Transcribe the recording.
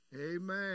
Amen